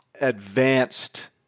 advanced